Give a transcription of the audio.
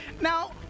Now